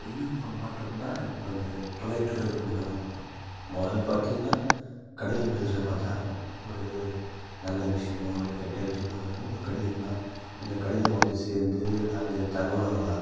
தொழில்நுட்ப மாற்றம்ன்னா இப்போ இந்த தொலைத்தொடர்பு நிறுவனம் தான் முதல்ல பார்த்திங்கன்னா கடிதம் எழுதுற மாதிரி தான் இருக்கும் ஒரு நல்ல விஷயமோ இல்லை கெட்ட விஷயமோ எது இருந்தாலும் ஒரு கடிதம் தான் அந்த கடிதம் வந்து சேரந்து அந்த தகவலை அவங்க